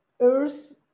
earth